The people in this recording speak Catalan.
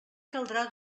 caldrà